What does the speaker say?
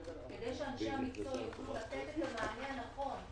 כדי שאנשי המקצוע יוכלו לתת את המענה הנכון,